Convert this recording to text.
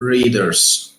readers